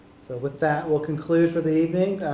so with that we'll conclude for the evening.